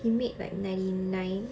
he made like ninety nine